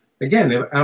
again